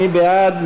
מי בעד?